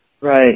Right